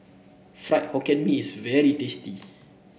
Fried Hokkien Mee is very tasty